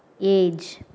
age